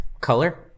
color